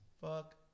Fuck